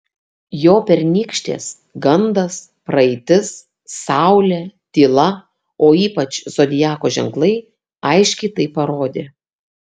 jo pernykštės gandas praeitis saulė tyla o ypač zodiako ženklai aiškiai tai parodė